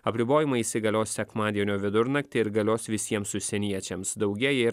apribojimai įsigalios sekmadienio vidurnaktį ir galios visiems užsieniečiams daugėja ir